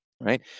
Right